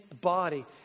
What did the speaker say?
body